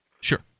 Sure